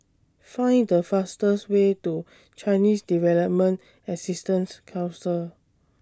Find The fastest Way to Chinese Development Assistance Council